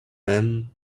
men